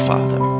Father